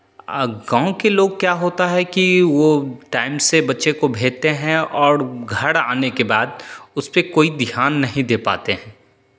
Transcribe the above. गाँव के लोग क्या होता है कि वो टाइम से बच्चे को भेजते हैं और घर आने के बाद उसपे कोई ध्यान नहीं दे पाते हैं